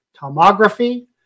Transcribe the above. tomography